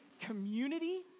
community